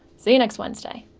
see you next wednesday.